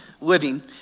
living